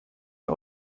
der